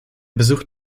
besucht